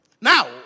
Now